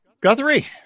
guthrie